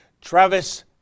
Travis